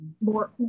more